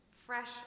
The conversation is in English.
Fresh